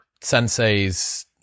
sensei's